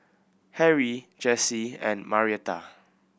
Harry Jessi and Marietta